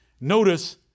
Notice